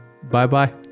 Bye-bye